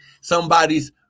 somebody's